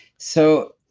so,